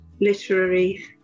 literary